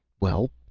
well,